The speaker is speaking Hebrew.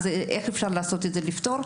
אז איך אפשר לפתור את זה?